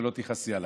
שלא תכעסי עליי.